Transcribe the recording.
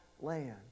land